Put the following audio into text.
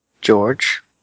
George